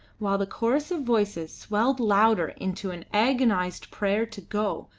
while the chorus of voices swelled louder into an agonised prayer to go,